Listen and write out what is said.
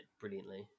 brilliantly